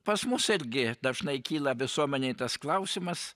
pas mus irgi dažnai kyla visuomenėj tas klausimas